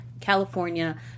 California